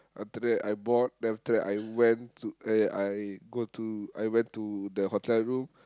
after that I bought then after that I went to eh I go to I went to the hotel room